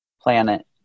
planet